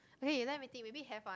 okay let me think maybe have one